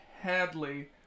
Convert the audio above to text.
Hadley